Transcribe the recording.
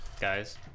guys